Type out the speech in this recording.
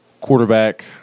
quarterback